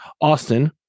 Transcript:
Austin